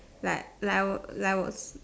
like like I would like I was